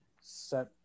set